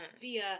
Via